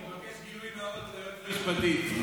אני מבקש גילוי נאות ליועצת המשפטית.